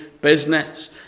business